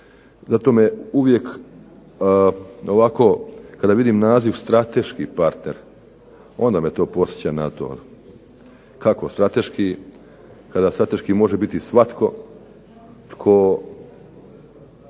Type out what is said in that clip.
Zato me uvijek ovako kada vidim naziv strateški partner onda me to podsjeća na to. Kako strateški kada strateški može biti svatko tko